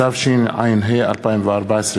התרבות והספורט.